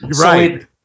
right